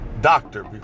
doctor